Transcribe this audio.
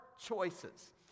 Choices